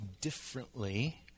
differently